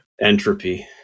Entropy